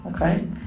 Okay